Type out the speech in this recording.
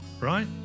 Right